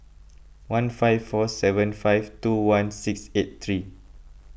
one five four seven five two one six eight three